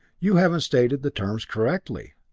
you haven't stated the terms correctly.